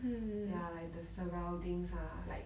ya like the surroundings ah like